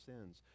sins